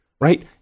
right